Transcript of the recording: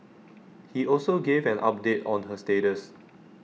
he also gave an update on her status